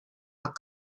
are